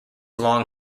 long